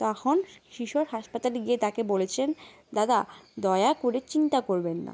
তখন কিশোর হাসপাতালে গিয়ে তাকে বলেছেন দাদা দয়া করে চিন্তা করবেন না